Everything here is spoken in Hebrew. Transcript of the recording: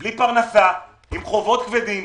בלי פרנסה עם חובות כבדים.